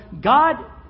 God